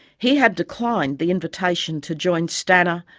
he had declined the invitation to join stanner,